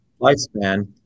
lifespan